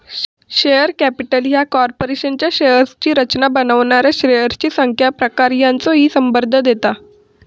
share capital ह्या कॉर्पोरेशनच्या शेअर्सची रचना बनवणाऱ्या शेअर्सची संख्या, प्रकार यांचो ही संदर्भ देता